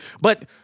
But-